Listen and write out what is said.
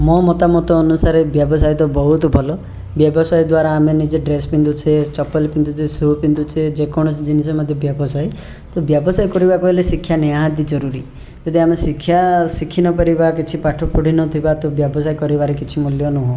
ମୋ ମତାମତ ଅନୁସାରେ ବ୍ୟବସାୟ ତ ବହୁତ ଭଲ ବ୍ୟବସାୟ ଦ୍ୱାରା ଆମେ ନିଜେ ଡ୍ରେସ୍ ପିନ୍ଧୁଛେ ଚପଲ ପିନ୍ଧୁଛେ ସୁ ପିନ୍ଧୁଛେ ଯେକୌଣସି ଜିନିଷ ମଧ୍ୟ ବ୍ୟବସାୟ କିନ୍ତୁ ବ୍ୟବସାୟ କରିବାକୁ ହେଲେ ଶିକ୍ଷା ନିହାତି ଜରୁରୀ ଯଦି ଆମେ ଶିକ୍ଷା ଶିଖି ନପାରିବା କିଛି ପାଠ ପଢ଼ିନଥିବା ତ ବ୍ୟବସାୟ କରିବାରେ କିଛି ମୂଲ୍ୟ ନୁହେଁ